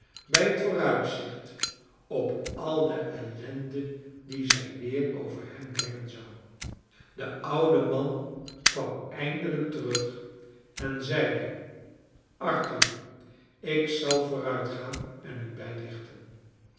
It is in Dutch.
bij het vooruitzicht op al de ellende die zij weer over hem brengen zou de oude man kwam eindelijk terug en zeide arthur ik zal vooruitgaan en u bijlichten